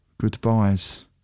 goodbyes